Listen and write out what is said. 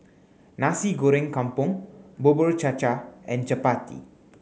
Nasi Goreng Kampung Bubur Cha Cha and Chappati